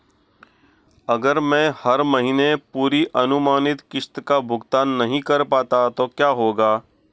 अगर मैं हर महीने पूरी अनुमानित किश्त का भुगतान नहीं कर पाता तो क्या होगा?